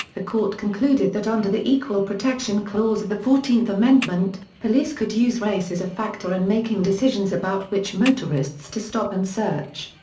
the court concluded that under the equal protection clause of the fourteenth amendment, police could use race as a factor in making decisions about which motorists to stop and search.